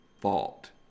fault